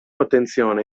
attenzione